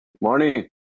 morning